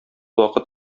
вакыт